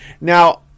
Now